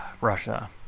Russia